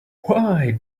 why